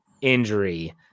injury